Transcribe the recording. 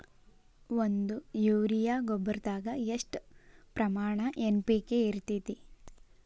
ಒಂದು ಯೂರಿಯಾ ಗೊಬ್ಬರದಾಗ್ ಎಷ್ಟ ಪ್ರಮಾಣ ಎನ್.ಪಿ.ಕೆ ಇರತೇತಿ?